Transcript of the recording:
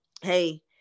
hey